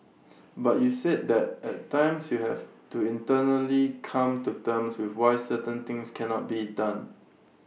but you said that at times you have to internally come to terms with why certain things cannot be done